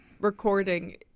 recording